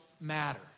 matter